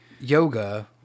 yoga